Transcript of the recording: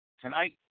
Tonight